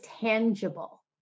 tangible